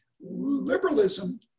liberalism